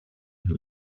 who